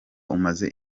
umaze